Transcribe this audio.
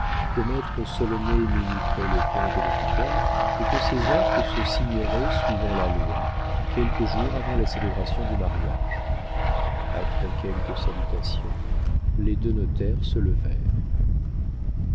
que maître solonet minuterait le compte de tutelle et que ces actes se signeraient suivant la loi quelques jours avant la célébration du mariage après quelques salutations les deux notaires se levèrent